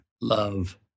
Love